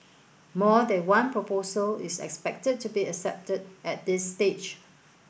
more than one proposal is expected to be accepted at this stage